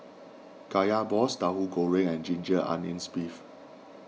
Kaya Balls Tauhu Goreng and Ginger Onions Beef